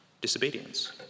Disobedience